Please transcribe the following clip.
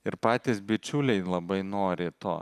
ir patys bičiuliai labai nori to